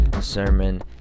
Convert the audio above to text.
sermon